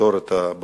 לפתור את הבעיה.